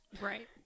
Right